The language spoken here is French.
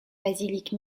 basilique